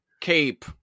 cape